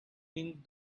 think